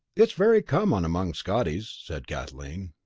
it's very common among scotties, said kathleen.